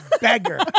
beggar